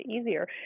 easier